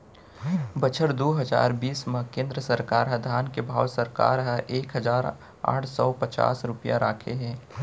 बछर दू हजार बीस म केंद्र सरकार ह धान के भाव सरकार ह एक हजार आठ सव पचास रूपिया राखे हे